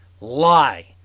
lie